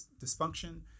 dysfunction